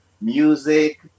music